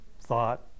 thought